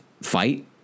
fight